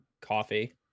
coffee